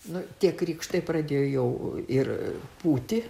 nu tie krikštai pradėjo jau ir pūti